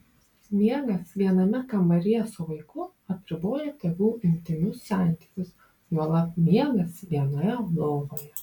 miegas viename kambaryje su vaiku apriboja tėvų intymius santykius juolab miegas vienoje lovoje